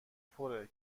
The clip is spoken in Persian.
پره